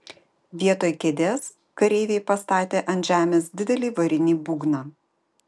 vietoj kėdės kareiviai pastatė ant žemės didelį varinį būgną